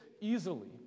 easily